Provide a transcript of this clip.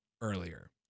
earlier